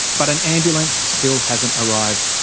but an ambulance still hasn't arrived.